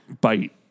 bite